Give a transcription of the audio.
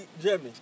Jimmy